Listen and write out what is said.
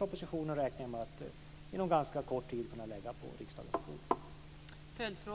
Jag räknar med att inom ganska kort tid kunna lägga propositionen om den på riksdagens